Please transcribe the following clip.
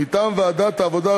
מטעם ועדת העבודה,